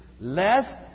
less